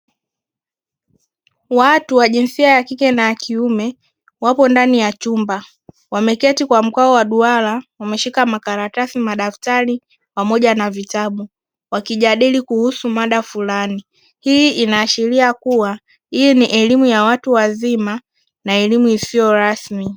Watu wa jinsia ya kike na ya kiume wapo ndani ya chumba wameketi kwa mkao wa duara wameshika makaratasi, madaftari pamoja na vitabu wakijadili kuhusu mada fulani, hii inaashiria kuwa hii ni elimu ya watu wazima na elimu isiyo rasmi.